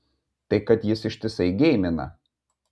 tai kad jis ištisai geimina